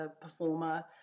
performer